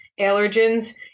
allergens